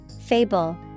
Fable